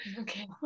Okay